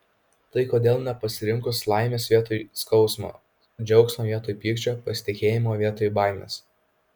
tai kodėl nepasirinkus laimės vietoj skausmo džiaugsmo vietoj pykčio pasitikėjimo vietoj baimės